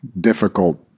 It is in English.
difficult